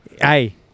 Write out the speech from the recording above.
hey